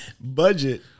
Budget